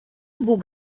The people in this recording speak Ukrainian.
бук